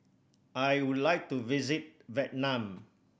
I would like to visit Vietnam